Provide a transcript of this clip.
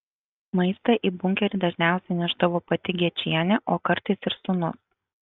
maistą į bunkerį dažniausiai nešdavo pati gečienė o kartais ir sūnus